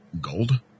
Gold